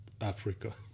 Africa